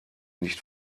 nicht